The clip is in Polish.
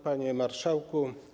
Panie Marszałku!